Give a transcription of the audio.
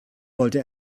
wollte